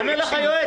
תן לו לענות.